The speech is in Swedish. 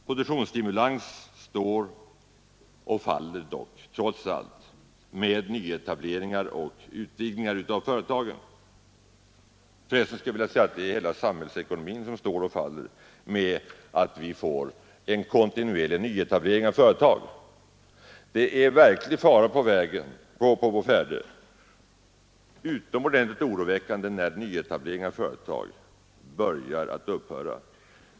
Produktionsstimulans står och faller trots allt med nyetableringar och utvidgningar av företagen. Förresten skulle jag vilja säga att hela samhällsekonomin står och faller med att vi får en kontinuerlig nyetablering av företag. Det är verklig fara på färde, utomordentligt oroväckande, när nyetableringar av företag börjar att upphöra.